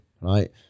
Right